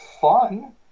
fun